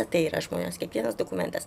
tai yra žmonės kiekvienas dokumentas